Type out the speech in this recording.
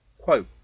Quote